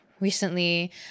recently